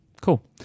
Cool